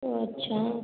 ओ अच्छा